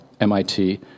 MIT